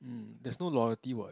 mm there's no loyalty what